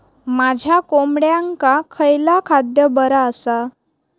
माझ्या कोंबड्यांका खयला खाद्य बरा आसा?